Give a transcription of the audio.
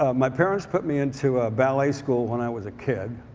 ah my parents put me into a ballet school when i was a kid.